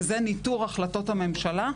וזה ניטור החלטות הממשלה.